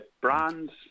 Brands